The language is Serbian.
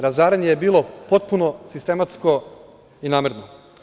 Razaranje je bilo potpuno sistematsko i namerno“